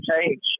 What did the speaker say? change